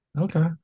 Okay